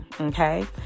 okay